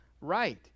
right